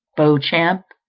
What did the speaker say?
beauchamp.